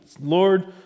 Lord